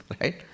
right